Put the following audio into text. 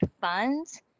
funds